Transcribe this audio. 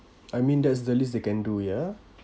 I mean that's the least they can do ya